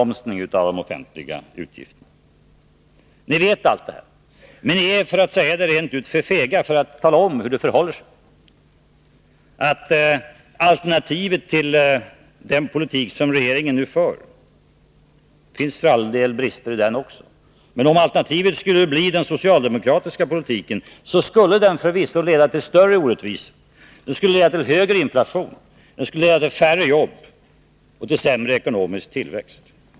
Men ni är, för att säga det rent ut, för fega för att tala om hur det förhåller sig: att om alternativet till den politik som regeringen nu för — det finns för all del brister i den också — skulle bli den socialdemokratiska politiken, skulle det förvisso leda till större orättvisor, högre inflation, färre jobb och sämre ekonomisk tillväxt.